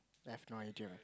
left no idea